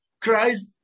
Christ